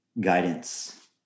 guidance